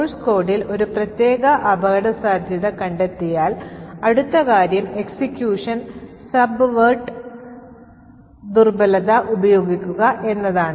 source കോഡിൽ ഒരു പ്രത്യേക അപകടസാധ്യത കണ്ടെത്തിയാൽ അടുത്ത കാര്യം എക്സിക്യൂഷൻ അട്ടിമറിക്കാൻ ഈ ദുർബലത ഉപയോഗിക്കുക എന്നതാണ്